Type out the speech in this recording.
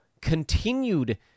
continued